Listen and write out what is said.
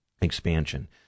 expansion